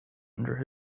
under